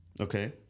Okay